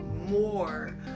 more